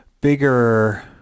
bigger